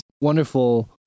Wonderful